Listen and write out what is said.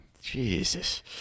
jesus